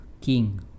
King